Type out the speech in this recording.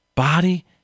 body